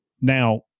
Now